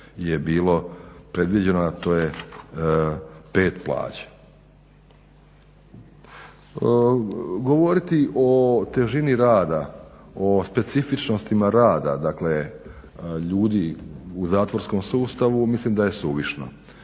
je bilo predviđeno a to je pet plaća. Govoriti o težini rada, o specifičnostima rada, dakle ljudi u zatvorskom sustavu mislim da je suvišno.